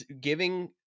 giving